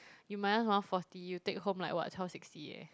you minus one forty you take home like what twelve sixty eh